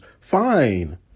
Fine